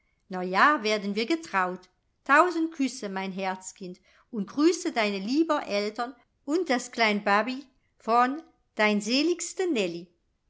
hochzeit neujahr werden wir getraut tausend küsse mein herzkind und grüße deine lieber eltern und das klein babi von dein seligste